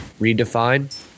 redefine